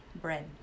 bread